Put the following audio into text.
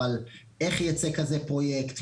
אבל איך ייצא כזה פרויקט?